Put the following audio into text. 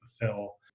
fulfill